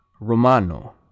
Romano